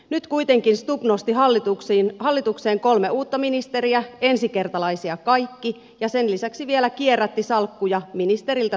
nyt kuitenkin stubb nosti hallitukseen kolme uutta ministeriä ensikertalaisia kaikki ja sen lisäksi vielä kierrätti salkkuja ministeriltä toiselle